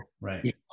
right